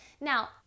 Now